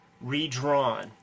redrawn